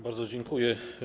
Bardzo dziękuję.